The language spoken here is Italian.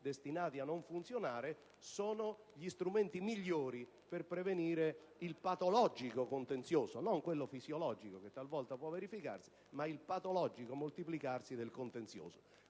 destinati a non funzionare, sono gli strumenti migliori per prevenire il patologico contenzioso: non quello fisiologico, che talvolta può verificarsi, ma il patologico moltiplicarsi del contenzioso.